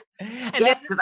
yes